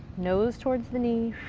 nose towards the knee,